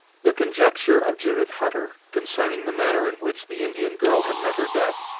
the conjecture of judith hutter, concerning the manner in which the indian girl had met her death,